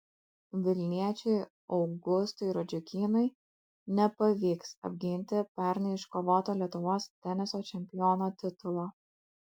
vilniečiui augustui radžiukynui nepavyks apginti pernai iškovoto lietuvos teniso čempiono titulo